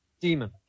Demon